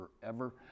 forever